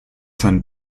seinen